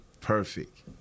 perfect